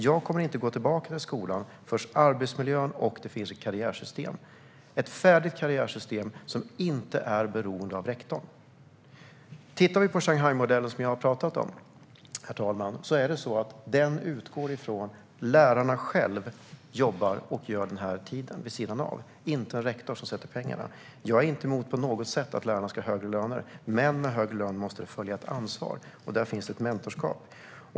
Jag kommer inte att gå tillbaka till skolan förrän arbetsmiljön blir bättre och det finns ett karriärsystem, ett färdigt karriärsystem som inte är beroende av rektorn. Herr talman! Shanghaimetoden, som vi har pratat om, utgår från att lärarna själva jobbar med denna vid sidan av, inte en rektor som avsätter pengarna. Jag har inte på något sätt något emot att lärarna ska ha högre löner, men med högre lön måste det följa ett ansvar, och där finns ett mentorskap.